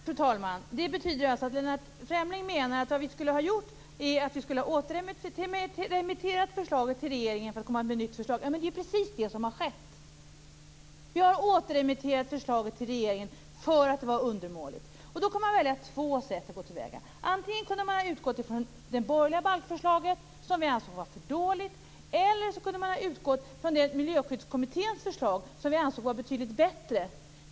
Fru talman! Det betyder alltså att Lennart Fremling menar att vi skulle ha återremitterat förslaget till regeringen för att komma med ett nytt förslag. Det är ju precis det som har skett! Vi har återremitterat förslaget till regeringen därför att det var undermåligt. Då kan man välja mellan två sätt att gå till väga. Antingen kunde man ha utgått från det borgerliga balkförslaget, som vi ansåg var för dåligt, eller så kunde man ha utgått från Miljöskyddskommitténs förslag som vi ansåg var betydligt bättre.